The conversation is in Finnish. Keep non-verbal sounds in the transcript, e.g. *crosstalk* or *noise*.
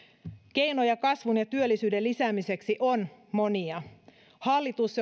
keinoja kasvun ja työllisyyden lisäämiseksi on monia hallitus *unintelligible*